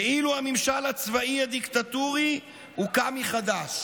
כאילו הממשל הצבאי הדיקטטורי הוקם מחדש.